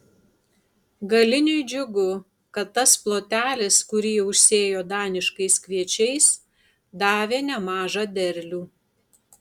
galiniui džiugu kad tas plotelis kurį užsėjo daniškais kviečiais davė nemažą derlių